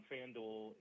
FanDuel